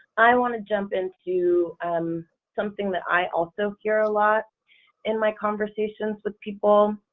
i want to jump into and something that i also hear a lot in my conversations with people.